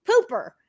pooper